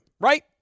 Right